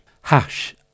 Hash